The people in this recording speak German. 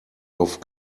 auf